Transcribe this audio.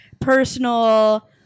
personal